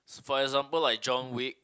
for example like John-Wick